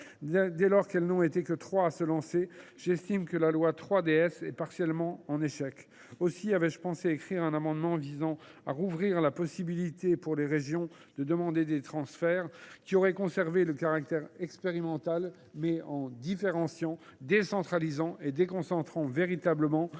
Dès lors qu’elles n’ont été que trois à se lancer, j’estime que la loi 3DS est partiellement en échec. Aussi avais je songé à déposer un amendement visant à rouvrir la possibilité pour les régions de demander des transferts, qui auraient conservé le caractère expérimental, mais en différenciant, décentralisant et déconcentrant véritablement